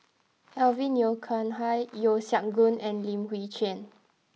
Alvin Yeo Khirn Hai Yeo Siak Goon and Lim Chwee Chian